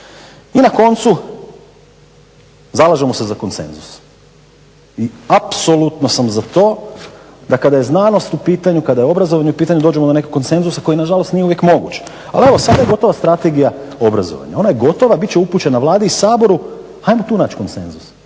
I na koncu zalažemo se za konsenzus i apsolutno sam za to da kada je znanost u pitanju, kada je obrazovanje u pitanju dođemo na neki konsenzus koji nažalost nije uvijek moguć. Ali evo sad je gotova strategija obrazovanja. Ona je gotova. Bit će upućena Vladi i Saboru, ajmo tu nać konsenzus.